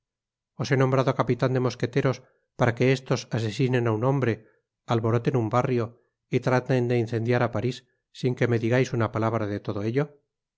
os he nombrado capitan de mosqueteros para que estos asesinen á un hombre alboroten un barrio y traten de incendiar á paris sin que me digais una palabra de todo ello